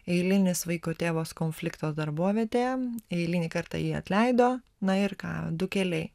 eilinis vaiko tėvas konflikto darbovietėje eilinį kartą jį atleido na ir ką du keliai